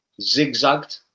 zigzagged